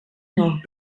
noch